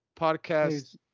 podcast